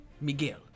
Miguel